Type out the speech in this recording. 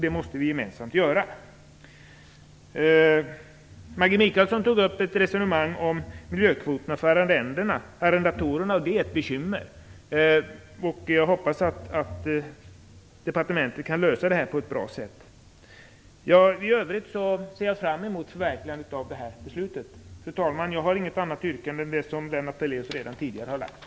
Det måste vi gemensamt göra. Maggi Mikaelsson tog upp ett resonemang om miljökvoter för arrendatorerna. Det är ett bekymmer. Jag hoppas att departementet kan lösa frågan på ett bra sätt. I övrigt ser jag fram emot förverkligandet av beslutet. Fru talman! Jag har inget annat yrkande än det som Lennart Daléus redan tidigare ställt.